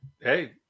Hey